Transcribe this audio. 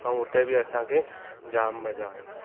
ऐं हुते बि असांखे जाम मज़ा आयो